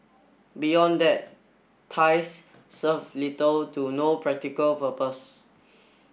beyond that ties serve little to no practical purpose